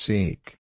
Seek